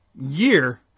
year